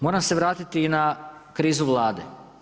Moram se vratiti i na krizu Vlade.